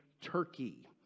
Turkey